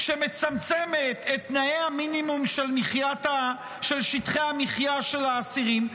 שמצמצמת את תנאי המינימום של שטחי המחיה של אסירים?